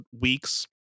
weeks